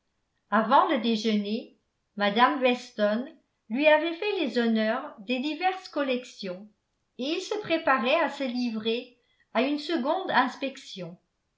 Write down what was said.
avant le déjeuner mme weston lui avait fait les honneurs des diverses collections et il se préparait à se livrer à une seconde inspection